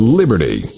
liberty